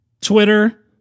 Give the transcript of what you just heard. Twitter